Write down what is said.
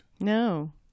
No